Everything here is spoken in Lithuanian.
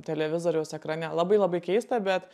televizoriaus ekrane labai labai keista bet